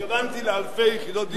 התכוונתי לאלפי יחידות דיור.